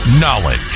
Knowledge